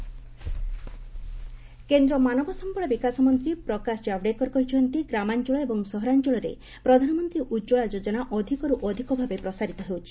ଉଜ୍ଜଳା ଯୋଜନା ଜାୱୁଡେକର୍ କେନ୍ଦ୍ର ମାନବ ସମ୍ଭଳ ବିକାଶ ମନ୍ତ୍ରୀ ପ୍ରକାଶ ଜାୱଡେକର କହିଛନ୍ତି ଗ୍ରାମାଞ୍ଚଳ ଏବଂ ସହରାଞ୍ଚଳରେ ପ୍ରଧାନମନ୍ତ୍ରୀ ଉଜ୍ଜଳା ଯୋଜନା ଅଧିକରୁ ଅଧିକ ଭାବେ ପ୍ରସାରିତ ହେଉଛି